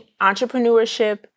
entrepreneurship